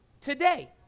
today